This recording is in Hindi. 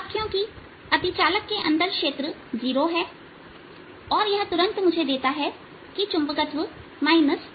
क्योंकि अतिचालक के अंदर क्षेत्र 0 है और यह तुरंत मुझे देता है कि चुंबकत्व 32 है